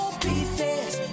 pieces